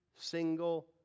single